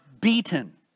beaten